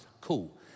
cool